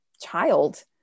child